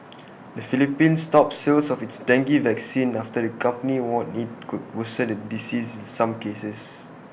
the Philippines stopped sales of its dengue vaccine after the company warned IT could worsen the disease in some cases